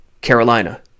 Carolina